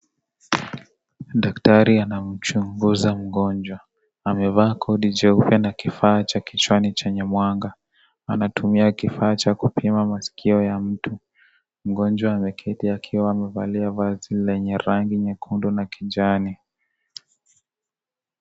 Daktari anamchunguza mgonjwa, amevaa kodi jeupe na kifaa kichwani chenye mwanga, anatumia kifaa cha kupima maskio ya mtu, mgonjwa ameketi akiwa amevalia vazi lenye rangi nyekundu na kijani.